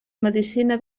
medicina